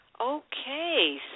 Okay